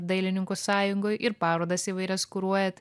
dailininkų sąjungoj ir parodas įvairias kuruojat